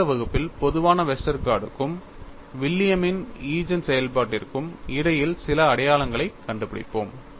அடுத்த வகுப்பில் பொதுவான வெஸ்டர்கார்ட்டுக்கும் வில்லியமின் William's ஈஜென் செயல்பாட்டிற்கும் இடையில் சில அடையாளங்களைக் கண்டுபிடிப்போம்